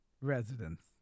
residents